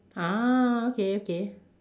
ah okay okay